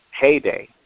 heyday